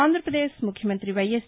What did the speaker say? ఆంప్రప్రదేశ్ ముఖ్యమంతి వైఎస్